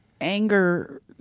anger